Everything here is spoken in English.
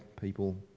people